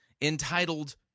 entitled